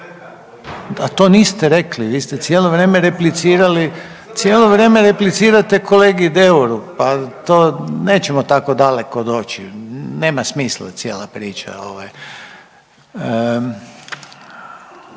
A to niste rekli, vi ste cijelo vrijeme replicirali. Cijelo vrijeme replicirate kolegi Deuru, pa to nećemo tako daleko doći, nema smisla cijela priča